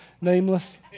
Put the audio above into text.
nameless